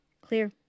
Clear